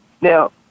Now